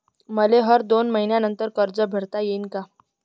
मले हर दोन मयीन्यानंतर कर्ज भरता येईन का?